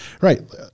right